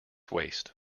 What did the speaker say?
waste